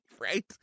Right